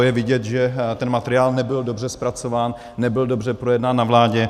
Je vidět, že ten materiál nebyl dobře zpracován, nebyl dobře projednán na vládě.